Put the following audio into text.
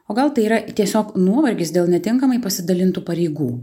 o gal tai yra tiesiog nuovargis dėl netinkamai pasidalintų pareigų